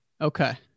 Okay